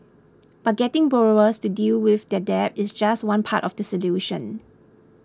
but getting borrowers to deal with their debt is just one part of the solution